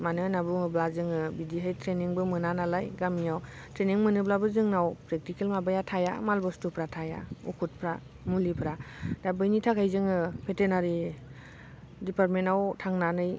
मानो होन्नानै बुङोब्ला जोङो बिदिहाय ट्रेनिंबो मोना नालाय गामियाव ट्रेनिं मोनोब्लाबो जोंनाव प्रेकटिकेल माबाया थाया माल बुस्थुफ्रा थाया बकटफ्रा मुलिफ्रा दा बैनि थाखाय जोङो भेटेनारि डिपार्टमेनाव थांनानै